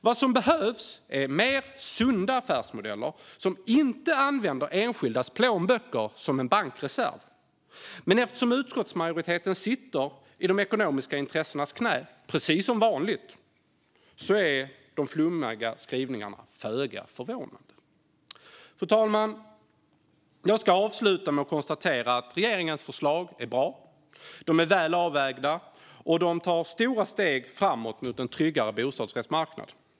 Vad som behövs är mer sunda affärsmodeller som inte använder enskildas plånböcker som bankreserv. Men eftersom utskottsmajoriteten sitter i de ekonomiska intressenas knä, precis som vanligt, är de flummiga skrivningarna föga förvånande. Fru talman! Jag ska avsluta med att konstatera att regeringens förslag är bra, väl avvägda och tar stora steg framåt mot en tryggare bostadsrättsmarknad.